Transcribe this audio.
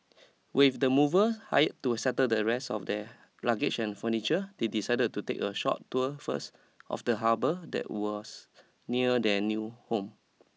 with the mover hired to settle the rest of their luggage and furniture they decided to take a short tour first of the harbour that was near their new home